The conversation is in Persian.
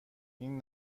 این